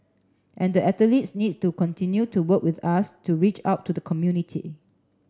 and the athletes need to continue to work with us to reach out to the community